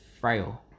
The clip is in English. frail